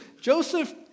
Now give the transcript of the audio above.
Joseph